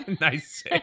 Nice